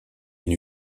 une